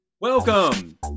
Welcome